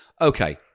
Okay